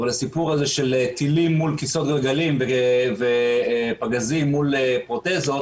אבל הסיפור הזה של טילים מול כיסאות גלגלים ופגזים מול פרוטזות,